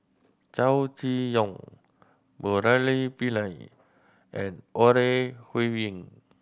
Chow Chee Yong Murali Pillai and Ore Huiying